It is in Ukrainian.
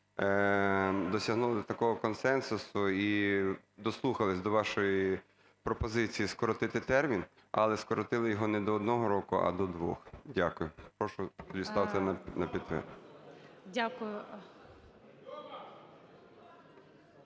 досягнули такого консенсусу і дослухалися до вашої пропозиції скоротити термін, але скоротили його не до 1 року, а до 2. Дякую. Прошу поставити на підтвердження.